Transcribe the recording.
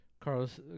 Carlos